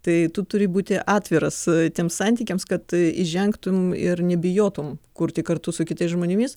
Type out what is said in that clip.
tai tu turi būti atviras tiems santykiams kad įžengtum ir nebijotum kurti kartu su kitais žmonėmis